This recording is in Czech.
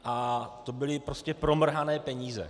A to byly prostě promrhané peníze.